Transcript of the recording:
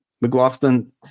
McLaughlin